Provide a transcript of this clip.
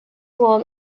warm